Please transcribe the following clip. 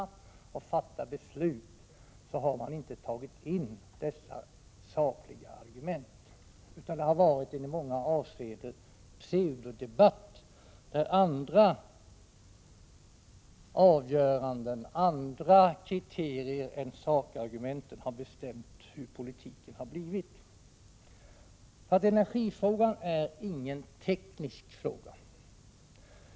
Vi har i många avseenden haft en pseudodebatt, där andra kriterier än sakargumenten har bestämt hur politiken har blivit. Energifrågan är ingen teknisk fråga.